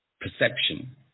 perception